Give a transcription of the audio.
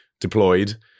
deployed